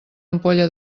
ampolla